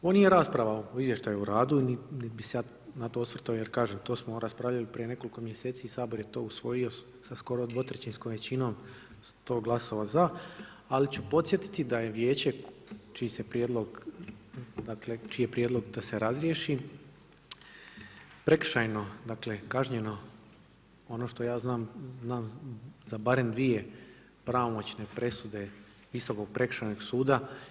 Ovo nije rasprava o izvještaju o radu, niti bi se ja na to osvrtao jer kažem to smo raspravljali prije nekoliko mjeseci i Sabor je to usvojim sa skoro 2/3 većinom, 100 glasova za, ali ću podsjetiti da je Vijeće čiji je prijedlog da se razriješi prekršajno kažnjeno, ono što ja znam, znam za barem dvije pravomoćne presude Visokog prekršajnog suda.